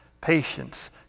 patience